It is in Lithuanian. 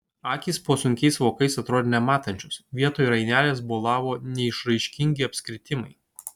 akys po sunkiais vokais atrodė nematančios vietoj rainelės bolavo neišraiškingi apskritimai